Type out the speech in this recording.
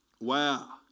Wow